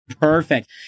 Perfect